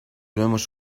vemos